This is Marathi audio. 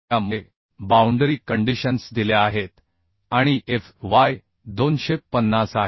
त्यामुळे बाउंडरी कंडिशन्स दिल्या आहेत आणि Fy 250 आहे